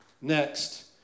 Next